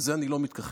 לזה אני לא מתכחש,